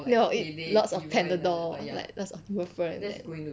要 eat lots of Panadol like lots of Nurofen and that